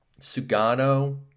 Sugano